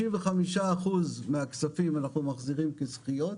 65% מהכספים אנחנו מחזירים כזכיות.